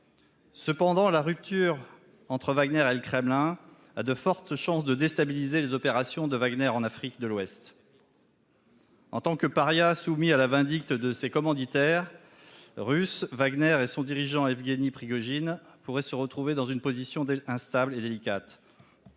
Cependant, la rupture entre Wagner et le Kremlin a de fortes chances de déstabiliser les opérations de Wagner en Afrique de l'Ouest. En tant que parias soumis à la vindicte de leurs commanditaires russes, Wagner et son dirigeant Evgueni Prigojine pourraient se retrouver dans une position instable et délicate.